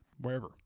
wherever